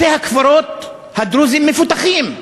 בתי-הקברות הדרוזיים מפותחים.